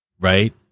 right